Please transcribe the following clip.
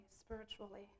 spiritually